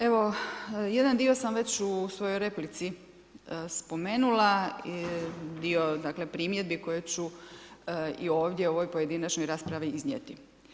Evo jedan dio sam već u svojoj replici spomenula, dio dakle, primjedbi koje ću i ovdje u ovoj pojedinačnoj raspravi iznijeti.